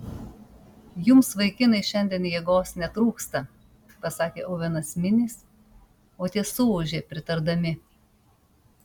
jums vaikinai šiandien jėgos netrūksta pasakė ovenas minis o tie suūžė pritardami